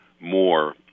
more